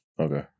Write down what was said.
Okay